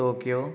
Tokyo